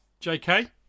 JK